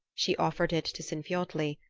she offered it to sinfiotli,